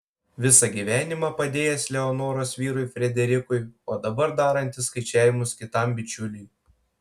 visą gyvenimą padėjęs leonoros vyrui frederikui o dabar darantis skaičiavimus kitam bičiuliui